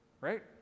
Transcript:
Right